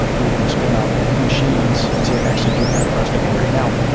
you're going to spin up machines to execute that presto query. now,